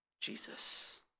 Jesus